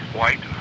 White